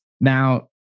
now